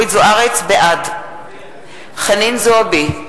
בעד חנין זועבי,